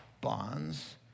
bonds